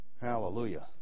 hallelujah